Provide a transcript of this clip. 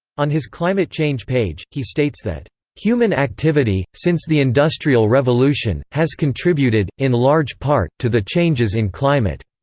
on his climate change page, he states that human activity, since the industrial revolution, has contributed, in large part, to the changes in climate.